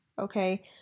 okay